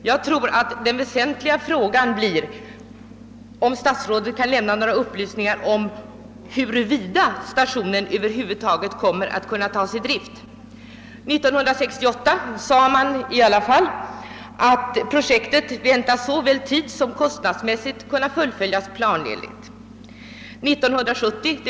Jag tror att den väsentliga frågan blir om statsrådet kan lämna några uppgifter om huruvida stationen över huvud taget kommer att kunna sättas i drift. År 1968 uttalades i alla händelser att projektet väntades såväl tidssom kostnadsmässigt kunna fullföljas planenligt.